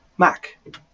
Mac